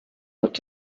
looked